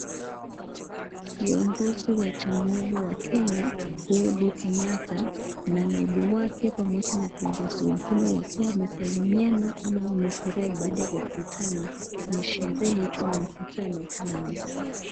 Kiongizi ya jamuuri Uhuru Kenyatta na naibu yake pamoja na viongozi wengine wakiwa wamesalimiana ama kufurahai baadae ya kukutana ni sherehe ama mkutano Fulani.